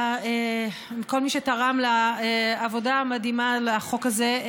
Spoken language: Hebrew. לכל מי שתרם לעבודה המדהימה על החוק הזה: